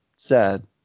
Sad